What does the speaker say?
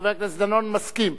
חבר הכנסת דנון מסכים.